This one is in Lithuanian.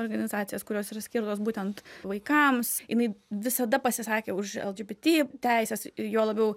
organizacijas kurios yra skirtos būtent vaikams jinai visada pasisakė už lgbt teises ir juo labiau